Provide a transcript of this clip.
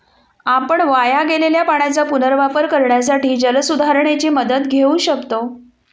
आपण वाया गेलेल्या पाण्याचा पुनर्वापर करण्यासाठी जलसुधारणेची मदत घेऊ शकतो